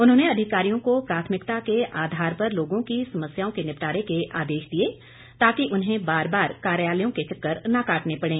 उन्होंने अधिकारियों को प्राथमिकता के आधार पर लोगों की समस्याओं के निपटारे के आदेश दिए ताकी उन्हें बार बार कार्यालयों के चक्कर न काटने पड़े